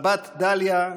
הבת דליה,